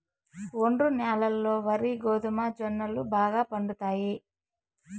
ఒండ్రు న్యాలల్లో వరి, గోధుమ, జొన్నలు బాగా పండుతాయి